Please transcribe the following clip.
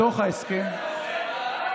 אל תדאג.